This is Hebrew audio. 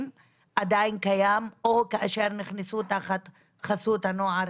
עדיין קיים או כאשר נכנסו תחת חסות הנוער,